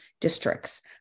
districts